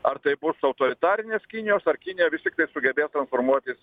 ar tai bus autoritarinės kinijos ar kinija vis tik sugebės transformuotis